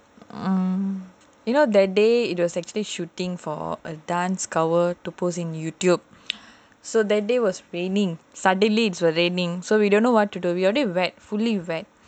you know that day we were actually shooting for a dance cover to post in YouTube so that day was raining suddenly it was raining so we don't know what to do we already wet fully wet